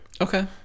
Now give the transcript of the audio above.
Okay